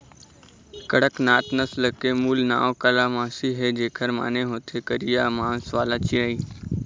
कड़कनाथ नसल के मूल नांव कालामासी हे, जेखर माने होथे करिया मांस वाला चिरई